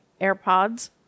AirPods